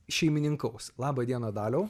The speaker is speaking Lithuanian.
šeimininkaus labą dieną daliau